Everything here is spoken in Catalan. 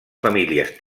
famílies